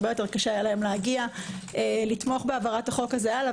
להן הרבה יותר קשה להגיע לתמוך בהעברת החוק הזה הלאה.